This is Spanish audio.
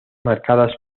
marcadas